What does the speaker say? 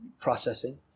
processing